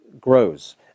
grows